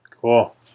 Cool